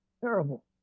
Terrible